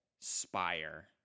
spire